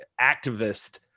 activist